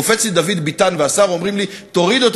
קופץ לי דוד ביטן והשר ואומרים לי: תוריד אותו,